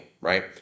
right